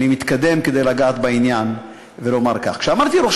אני מתקדם כדי לגעת בעניין ולומר כך: כשאמרתי "ראש